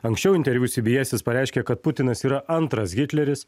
anksčiau interviu sybyes jis pareiškė kad putinas yra antras hitleris